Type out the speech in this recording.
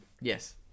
Yes